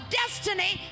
destiny